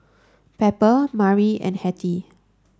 Pepper Mari and Hettie